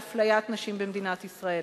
לאפליית נשים במדינת ישראל.